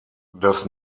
das